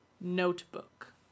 Notebook